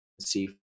see